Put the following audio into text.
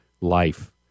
life